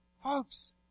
Folks